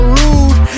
rude